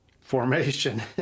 formation